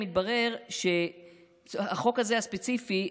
מתברר שהחוק הזה הספציפי,